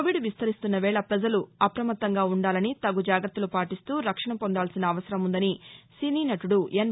Covid విస్తరిస్తున్న వేళ పజలు అపమత్తంగా ఉండాలని తగు జాగ్రత్తలు పాటిస్తూ రక్షణ పొందాల్సిన అవసరం ఉందని సినీ నటుడు ఎస్